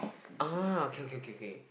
ah okay okay okay